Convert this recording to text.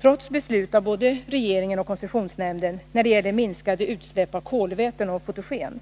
Trots beslut av både regeringen och koncessionsnämnden beträffande minskade utsläpp av kolväten och fotogen